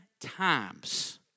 times